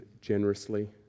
generously